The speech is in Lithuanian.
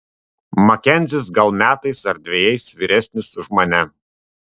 makenzis gal metais ar dvejais vyresnis už mane